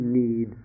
need